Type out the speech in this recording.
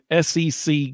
SEC